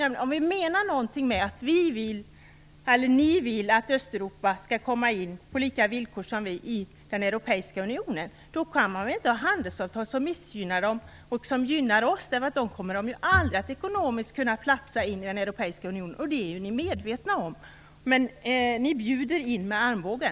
Menar ni någonting med att ni vill att Östeuropa skall komma in på lika villkor som vi i den europeiska unionen kan man inte ha handelsavtal som missgynnar dessa länder och som gynnar oss. Då kommer de ju aldrig att ekonomiskt platsa i den europeiska unionen. Det är ni medvetna om. Men ni bjuder in med armbågen.